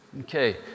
Okay